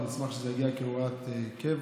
נשמח שזה יגיע כהוראת קבע.